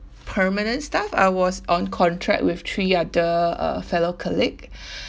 permanent staff I was on contract with three other uh fellow colleague